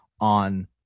On